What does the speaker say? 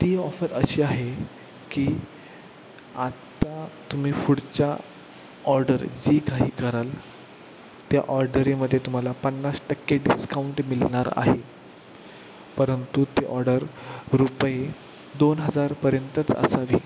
ती ऑफर अशी आहे की आत्ता तुम्ही पुढच्या ऑर्डर जी काही कराल त्या ऑर्डरीमध्ये तुम्हाला पन्नास टक्के डिस्काउंट मिळणार आहे परंतु ती ऑडर रुपये दोन हजारपर्यंतच असावी